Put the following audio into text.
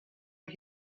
out